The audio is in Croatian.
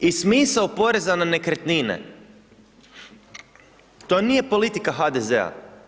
I smisao poreza na nekretnine, to nije politika HDZ-a.